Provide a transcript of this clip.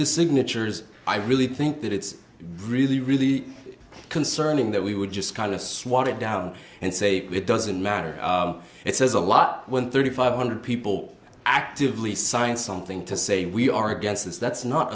the signatures i really think that it's really really concerning that we would just kind of swat it down and say it doesn't matter it says a lot when thirty five hundred people actively sign something to say we are against this that's not